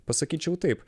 pasakyčiau taip